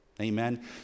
Amen